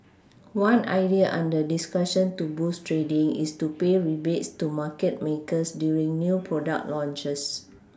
one idea under discussion to boost trading is to pay rebates to market makers during new product launches